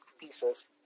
pieces